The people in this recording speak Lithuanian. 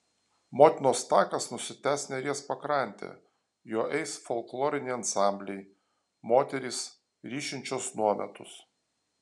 motinos takas nusitęs neries pakrante juo eis folkloriniai ansambliai moterys ryšinčios nuometus